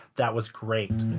that was great!